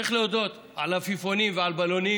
צריך להודות, על עפיפונים ועל בלונים